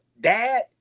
dad